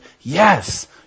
yes